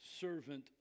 servant